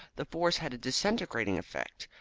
the force had a disintegrating effect.